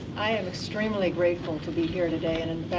i am extremely grateful to be here today and in